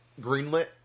greenlit